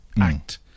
act